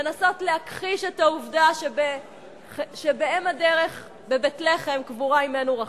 לנסות להכחיש את העובדה שעל אם הדרך בבית לחם קבורה אמנו רחל.